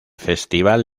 festival